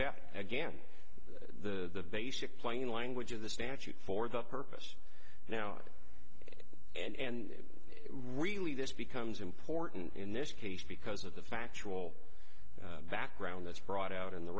back again the basic plain language of the statute for the purpose now and really this becomes important in this case because of the factual background that's brought out in the